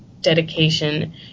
dedication